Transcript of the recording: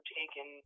taken